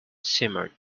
shimmered